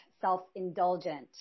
self-indulgent